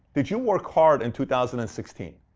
did you work hard in two thousand and sixteen?